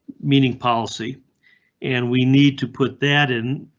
meaning policy and we need to put that in.